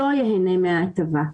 לא ייהנה מההטבה.